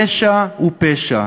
פשע הוא פשע,